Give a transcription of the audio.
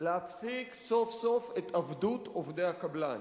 להפסיק סוף-סוף את עבדות עובדי הקבלן,